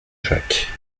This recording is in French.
jacques